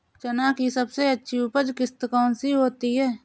चना की सबसे अच्छी उपज किश्त कौन सी होती है?